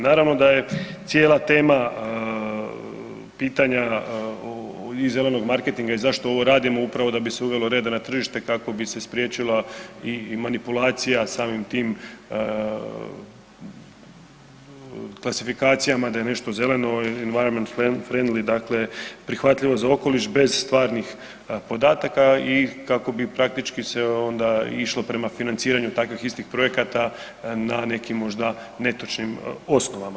Naravno da je cijela tema pitanja i zelenog marketinga i zašto ovo radimo, upravo da bi se uvelo reda na tržište kako bi se spriječila i manipulacija samim tim klasifikacijama da je nešto zeleno, environment friendly, dakle prihvatljivo za okoliš bez stvarnih podataka i kako bi praktički se onda išlo prema financiranju takvih istih projekata na neki možda netočnim osnovama.